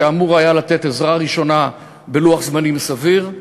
שאמור היה לתת עזרה ראשונה בלוח זמנים סביר,